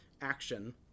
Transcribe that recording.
action